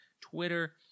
Twitter